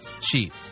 cheap